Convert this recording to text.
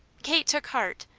kate took heart.